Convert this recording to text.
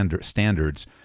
standards